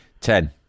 Ten